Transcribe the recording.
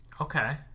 okay